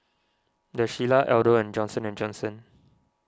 the Shilla Aldo and Johnson and Johnson